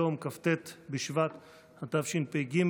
היום כ"ט בשבט התשפ"ג,